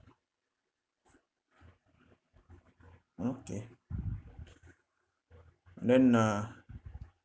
okay then uh